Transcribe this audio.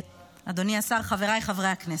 אדוני השר, חבריי חברי הכנסת.